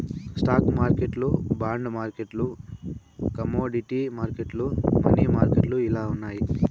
stock మార్కెట్లు bond మార్కెట్లు commodity మార్కెట్లు, మనీ మార్కెట్లు ఇలా ఉన్నాయి